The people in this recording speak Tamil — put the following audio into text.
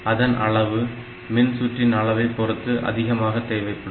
அதன் அளவு மின்சுற்றின் அளவைப் பொறுத்து அதிகமாக தேவைப்படும்